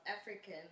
African